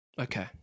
Okay